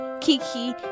Kiki